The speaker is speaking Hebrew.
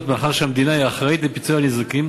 מאחר שהמדינה היא האחראית לפיצוי הניזוקים